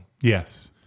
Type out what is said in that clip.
Yes